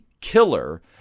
killer